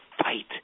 Fight